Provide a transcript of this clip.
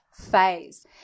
phase